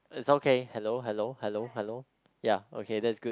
it's okay hello hello hello hello ya okay that's good